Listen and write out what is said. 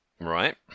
Right